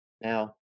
Now